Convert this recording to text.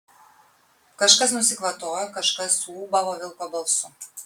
kažkas nusikvatojo kažkas suūbavo vilko balsu